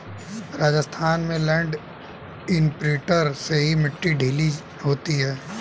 राजस्थान में land imprinter से ही मिट्टी ढीली होती है